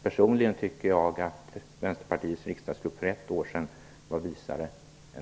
Personligen tycker jag att Vänsterpartiets riksdagsgrupp var visare för ett år sedan.